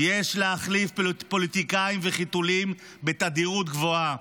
"יש להחליף פוליטיקאים וחיתולים בתדירות גבוהה,